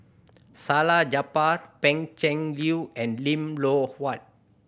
Salleh Japar Pan Cheng Lui and Lim Loh Huat